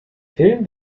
film